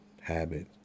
habit